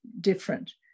different